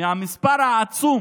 מהמספר העצום